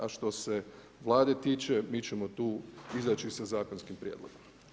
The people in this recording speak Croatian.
A što se Vlade tiče, mi ćemo tu izaći sa zakonskih prijedlogom.